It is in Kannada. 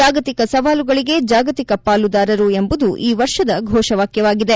ಜಾಗತಿಕ ಸವಾಲುಗಳಿಗೆ ಜಾಗತಿಕ ಪಾಲುದಾರರು ಎಂಬುದು ಈ ವರ್ಷದ ಘೋಷವಾಕ್ಷವಾಗಿದೆ